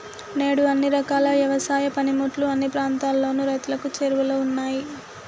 నేడు అన్ని రకాల యవసాయ పనిముట్లు అన్ని ప్రాంతాలలోను రైతులకు చేరువలో ఉన్నాయి